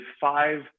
five